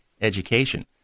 education